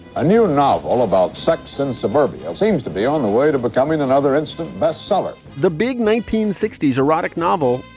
a new and novel about sex in suburbia seems to be on the way to becoming another instant bestseller, the big nineteen sixty s erotic novel,